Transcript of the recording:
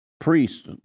Priests